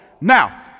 Now